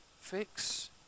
Fix